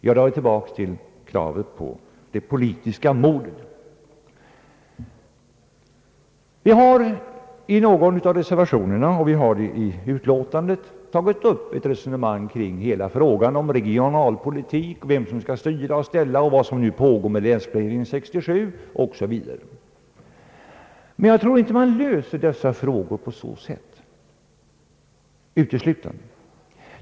Vi kommer här tillbaka till kravet på det politiska modet. I någon av reservationerna och i utlåtandet har vi tagit upp ett resonemang kring hela frågan om regionalpolitik, vem som skall styra och ställa, vad som nu pågår inom länsplanering 67 osv. Men jag tror inte man löser dessa frågor uteslutande på så sätt.